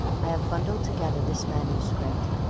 i have bundled together this manuscript,